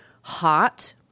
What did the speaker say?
hot